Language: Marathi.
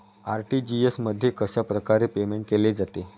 आर.टी.जी.एस मध्ये कशाप्रकारे पेमेंट केले जाते?